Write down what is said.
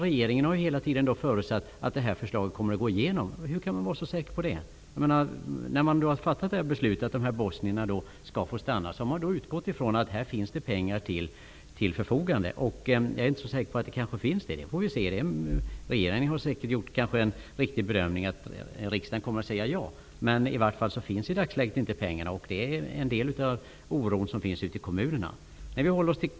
Regeringen har hela tiden förutsatt att förslaget kommer att gå igenom. Hur kan man vara så säker på det? När man har fattat beslutet att bosnierna skall få stanna, har man utgått ifrån att det finns pengar till förfogande. Jag är inte så säker på att det finns det. Regeringen har kanske gjort en riktig bedömning, att riksdagen kommer att säga ja. Men i vart fall i dagsläget finns inte pengarna, och det är en av orsakerna till oron ute i kommunerna.